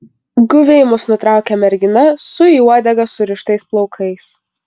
guviai mus nutraukia mergina su į uodegą surištais plaukais